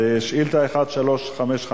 שאילתא 1355,